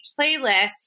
playlist